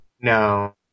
No